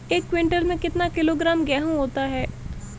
एक क्विंटल में कितना किलोग्राम गेहूँ होता है?